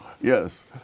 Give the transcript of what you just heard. Yes